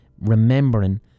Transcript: remembering